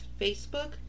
Facebook